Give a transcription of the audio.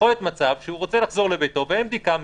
יכול להיות שהוא רוצה לחזור לביתו ואין בדיקה מהירה.